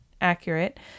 accurate